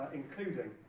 including